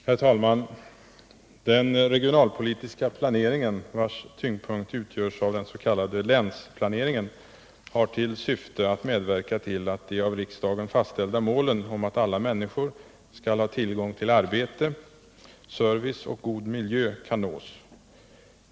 Herr talman! Den regionalpolitiska planeringen, vars tyngdpunkt utgörs av den s.k. länsplaneringen, har till syfte att medverka till att de av riksdagen fastställda målen — att alla människor skall ha tillgång till arbete, service och god miljö— kan nås.